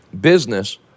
business